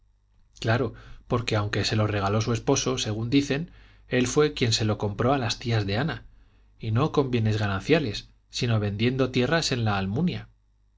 claro porque aunque se lo regaló su esposo según dicen él fue quien se lo compró a las tías de ana y no con bienes gananciales sino vendiendo tierras en la almunia